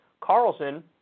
Carlson